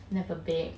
never bake